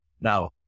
Now